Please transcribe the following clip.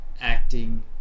acting